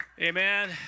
Amen